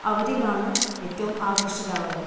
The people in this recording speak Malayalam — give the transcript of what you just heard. അവരിലാണ് ഏറ്റവും ആകൃഷ്ടരാവുന്നത്